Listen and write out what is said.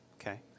Okay